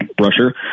rusher